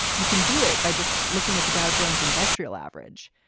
you can do it by just looking at the dow jones industrial average.